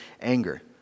anger